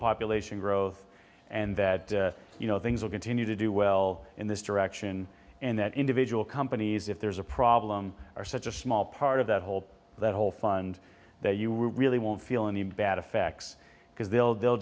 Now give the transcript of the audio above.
population growth and that you know things will continue to do well in this direction and that individual companies if there's a problem are such a small part of that whole that whole fund that you really won't feel any bad effects because they'll they'll